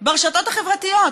ברשתות החברתיות.